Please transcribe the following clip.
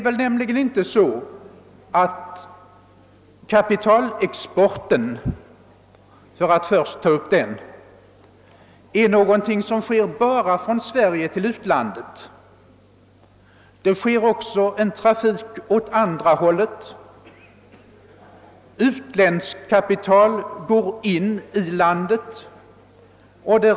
Kapitalexporten är inte, för att först ta upp den frågan, någonting som förekommer bara från vårt land. Det är också en trafik åt andra hållet; utländskt kapital flyter in i Sverige.